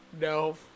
No